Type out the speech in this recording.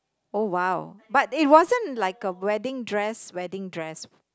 oh !wow! but it wasn't like a wedding dress wedding dress